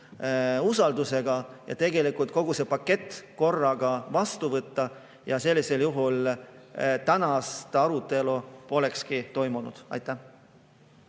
usaldusega ja kogu see pakett korraga vastu võtta. Sellisel juhul tänast arutelu polekski toimunud. Aitäh!